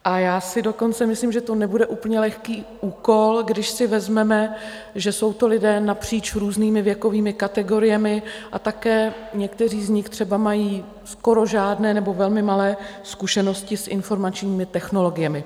A já si dokonce myslím, že to nebude úplně lehký úkol, když si vezmeme, že jsou to lidé napříč různými věkovými kategoriemi, a také někteří z nich třeba mají skoro žádné nebo velmi malé zkušenosti s informačními technologiemi.